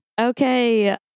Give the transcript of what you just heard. Okay